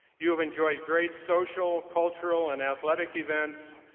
you have enjoyed great social, cultural, and athletic events,